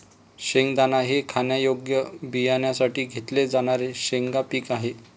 शेंगदाणा हे खाण्यायोग्य बियाण्यांसाठी घेतले जाणारे शेंगा पीक आहे